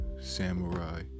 Samurai